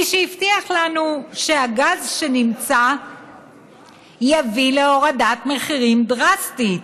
מי שהבטיח לנו שהגז שנמצא יביא להורדת מחירים דרסטית